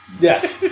Yes